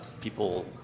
people